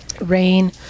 rain